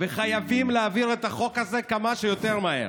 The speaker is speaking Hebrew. וחייבים להעביר את החוק הזה כמה שיותר מהר.